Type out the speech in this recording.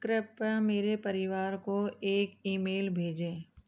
कृपया मेरे परिवार को एक ईमेल भेजें